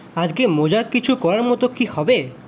আজকে মজার কিছু করার মতো কি হবে